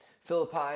Philippi